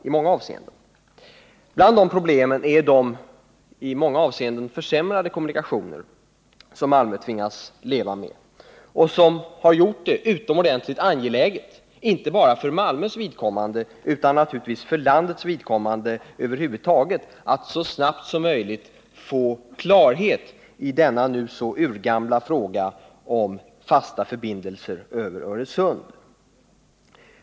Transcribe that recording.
Ett av dem är de i många avseenden försämrade kommunikationer som Malmö tvingas leva med och som har gjort det utomordentligt angeläget — inte bara för Malmö utan för landet över huvud taget — att så snabbt som möjligt få klarhet i den urgamla frågan om fasta förbindelser över Öresund.